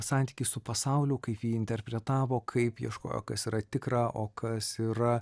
santykį su pasauliu kaip jį interpretavo kaip ieškojo kas yra tikra o kas yra